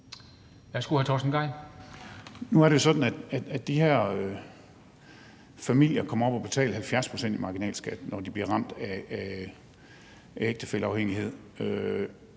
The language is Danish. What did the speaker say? Nu er det jo sådan, at de her familier kommer op og betaler 70 pct. i marginalskat, når de bliver ramt af ægtefælleafhængighed,